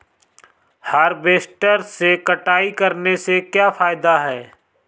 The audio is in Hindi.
हार्वेस्टर से कटाई करने से क्या फायदा है?